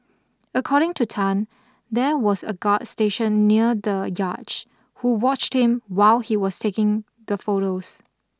according to Tan there was a guard stationed near the yacht who watched him while he was taking the photos